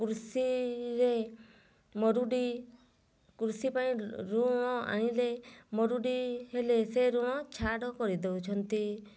କୃଷିରେ ମରୁଡ଼ି କୃଷି ପାଇଁ ଋଣ ଆଣିଲେ ମରୁଡ଼ି ହେଲେ ସେ ଋଣ ଛାଡ଼ କରିଦେଉଛନ୍ତି